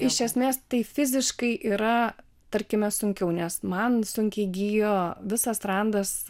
iš esmės tai fiziškai yra tarkime sunkiau nes man sunkiai gijo visas randas